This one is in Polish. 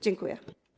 Dziękuję.